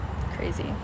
Crazy